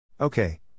Okay